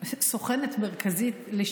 סוכנת מרכזית של שינוי.